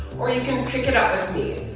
or you can pick it up with me.